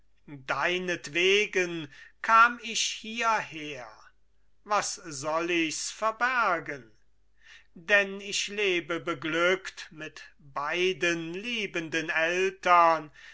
deinetwegen kam ich hierher was soll ich's verbergen denn ich lebe beglückt mit beiden liebenden eltern